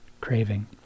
craving